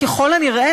ככל הנראה,